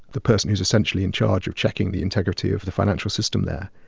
the person who's essentially and charge of checking the integrity of the financial system there.